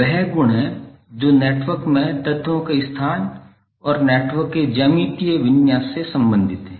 वह गुण है जो नेटवर्क में तत्वों के स्थान और नेटवर्क के ज्यामितीय विन्यास से संबंधित है